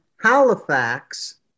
Halifax